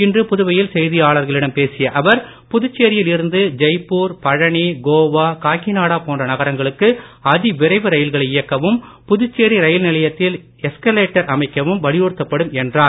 இன்று புதுவையில் செய்தியாளர்களிடம் பேசிய அவர் புதுச்சேரியில் இருந்து ஜெய்ப்பூர் பழனி கோவா காக்கிநாடா போன்ற நகரங்களுக்கு அதி விரைவு ரயில்களை இயக்கவும் புதுச்சேரி ரயில் நிலையத்தில் எஸ்கலேட்டர் அமைக்கவும் வலியுறுத்தப்படும் என்றார்